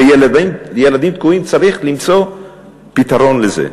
וילדים תקועים, צריך למצוא פתרון לזה.